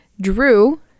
drew